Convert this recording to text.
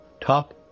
top